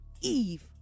Eve